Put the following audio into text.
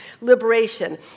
liberation